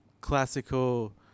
classical